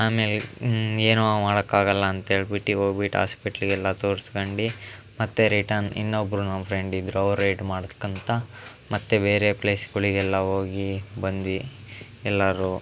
ಆಮೇಲೆ ಏನೂ ಮಾಡಕ್ಕೆ ಆಗೋಲ್ಲ ಅಂತ ಹೇಳ್ಬಿಟ್ಟು ಹೋಗ್ಬಿಟ್ಟು ಹಾಸ್ಪಿಟ್ಲಿಗೆಲ್ಲ ತೋರ್ಸ್ಕಂಡು ಮತ್ತೆ ರಿಟರ್ನ್ ಇನ್ನೊಬ್ಬರು ನಮ್ಮ ಫ್ರೆಂಡ್ ಇದ್ದರು ಅವ್ರು ರೈಡ್ ಮಾಡ್ಕೊಂತ ಮತ್ತೆ ಬೇರೆ ಪ್ಲೇಸ್ಗಳಿಗೆಲ್ಲ ಹೋಗಿ ಬಂದ್ವಿ ಎಲ್ಲರೂ